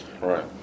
Right